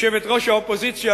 יושבת-ראש האופוזיציה,